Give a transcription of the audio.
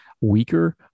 weaker